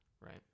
right